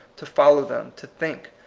to follow them, to think,